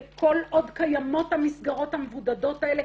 וכל עוד קיימות המסגרות המבודדות האלה